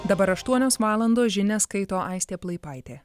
dabar aštuonios valandos žinias skaito aistė plaipaitė